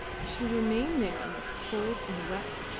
she remained there in the cold and wet,